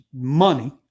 money